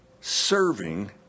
serving